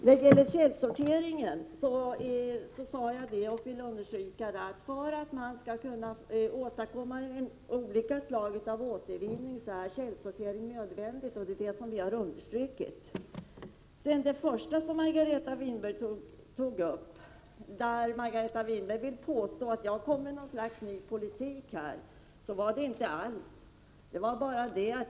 När det gäller källsortering vill jag understryka att den är nödvändig för att olika slag av återvinning skall kunna åstadkommas. Margareta Winberg påstod att jag kom med ett slags ny politik, men så var det inte alls.